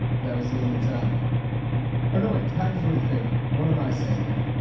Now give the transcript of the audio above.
that was the only time or no. wait, the packers were the favorite. what am i saying here?